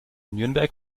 nürnberg